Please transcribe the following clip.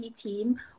team